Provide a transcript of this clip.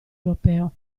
europeo